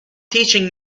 teaching